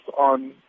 on